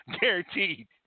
guaranteed